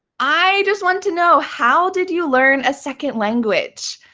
i just want to know how did you learn a second language?